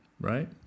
right